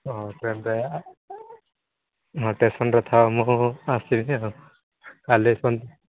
ହଁ ଟ୍ରେନ୍ ତ ଏୟା ହଁ ଷ୍ଟେସନ୍ରେ ଥାଅ ମୁଁ ଆସିବି ଆଉ କାଲି ପର୍ଯ୍ୟନ୍ତ